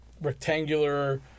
rectangular